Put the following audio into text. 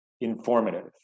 informative